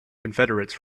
confederates